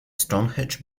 stonehenge